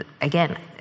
again